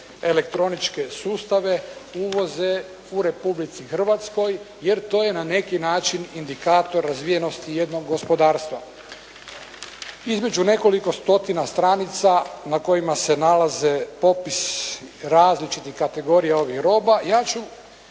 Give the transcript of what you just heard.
elektroničke sustave, uvoze u Republici Hrvatskoj, jer to je na neki način indikator razvijenosti jednog gospodarstva. Između nekoliko stotina stranica na kojima se nalaze popis različitih kategorija ovih roba, ja ću